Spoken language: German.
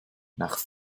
nach